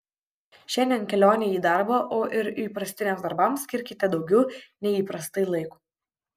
šiandien kelionei į darbą o ir įprastiniams darbams skirkite daugiau nei įprastai laiko